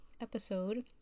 episode